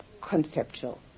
conceptual